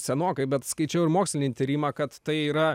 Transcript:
senokai bet skaičiau ir mokslinį tyrimą kad tai yra